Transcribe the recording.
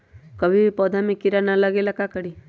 कभी भी पौधा में कीरा न लगे ये ला का करी?